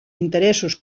interessos